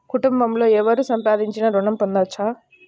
కుటుంబంలో ఎవరు సంపాదించినా ఋణం పొందవచ్చా?